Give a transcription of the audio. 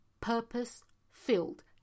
purpose-filled